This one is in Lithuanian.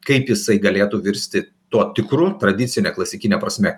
kaip jisai galėtų virsti tuo tikru tradicine klasikine prasme